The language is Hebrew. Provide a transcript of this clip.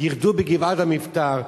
ירדו בגבעת-המבתר.